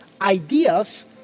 ideas